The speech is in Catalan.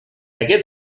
aquest